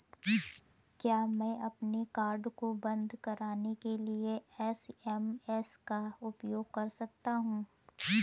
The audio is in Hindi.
क्या मैं अपने कार्ड को बंद कराने के लिए एस.एम.एस का उपयोग कर सकता हूँ?